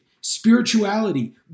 spirituality